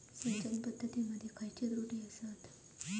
सिंचन पद्धती मध्ये खयचे त्रुटी आसत?